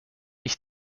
ich